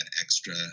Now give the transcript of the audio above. extra